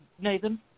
Nathan